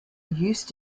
used